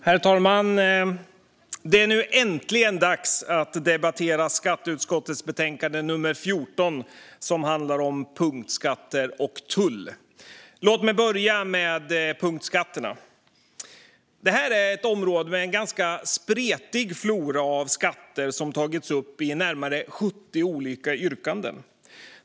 Herr talman! Det är nu äntligen dags att debattera skatteutskottets betänkande 14, som handlar om punktskatter och tull. Låt mig börja med punktskatterna. Detta är ett område med en ganska spretig flora av skatter som har tagits upp i närmare 70 olika yrkanden.